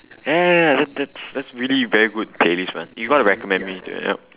ya ya ya that that that's really very good playlist man you got to recommend me yeah yup